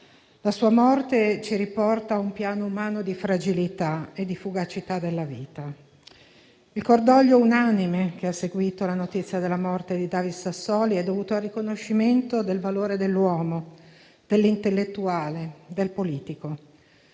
La sua morte ci riporta a un piano umano di fragilità e di fugacità della vita. Il cordoglio unanime che ha seguito la notizia della morte di David Sassoli è dovuto al riconoscimento del valore dell'uomo, dell'intellettuale e del politico.